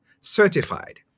certified